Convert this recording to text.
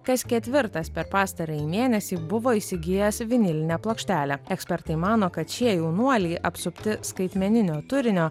kas ketvirtas per pastarąjį mėnesį buvo įsigijęs vinilinę plokštelę ekspertai mano kad šie jaunuoliai apsupti skaitmeninio turinio